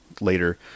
later